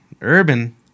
Urban